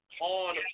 on